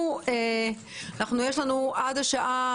יש לנו עד השעה